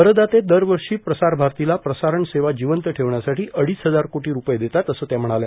करदाते दरवर्षी प्रसारभारतीला प्रसारण सेवा जिंवत ठेवण्यासाठी अडीच हजार कोटी स्पये देतात असे त्या म्हणाल्या